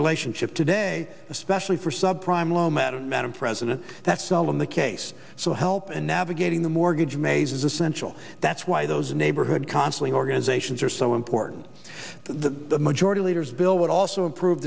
relationship today especially for sub prime low matter madam president that sell in the case so help a navigating the mortgage maze is essential that's why those neighborhood conflicts organizations are so important the majority leader's bill would also approve